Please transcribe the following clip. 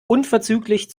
unverzüglich